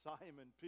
Simon